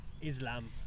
Islam